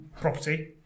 property